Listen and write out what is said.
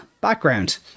background